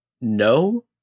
No